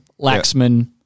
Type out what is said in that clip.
Laxman